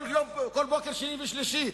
כל בוקר שני ושלישי,